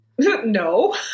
No